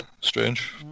strange